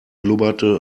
blubberte